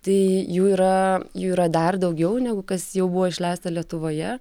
tai jų yra jų yra dar daugiau negu kas jau buvo išleista lietuvoje